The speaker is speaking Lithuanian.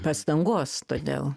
pastangos todėl